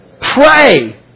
Pray